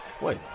Wait